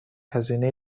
هزینه